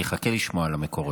אני דווקא אחכה לשמוע על המקורות.